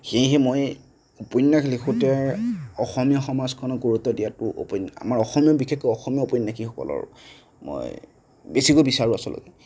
সেয়েহে মই উপন্যাস লিখোঁতে অসমীয়া সমাজখনক গুৰুত্ব দিয়াতো আমাৰ অসমীয়া বিশেষকৈ অসমীয়া ঔপন্যাসিকসকলৰ মই বেছিকৈ বিচাৰোঁ আচলতে